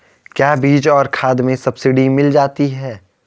क्या बीज और खाद में सब्सिडी मिल जाती है?